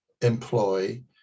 employ